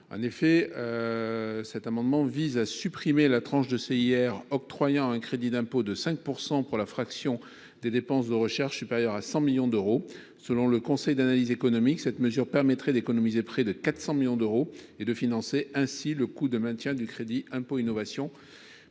du CIR consistant à supprimer la tranche octroyant un crédit d’impôt de 5 % pour la fraction des dépenses de recherche supérieure à 100 millions d’euros. Selon le Conseil d’analyse économique, cette mesure permettrait d’économiser près de 400 millions d’euros et de financer ainsi le coût du maintien du crédit d’impôt recherche.